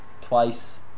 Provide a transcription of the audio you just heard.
twice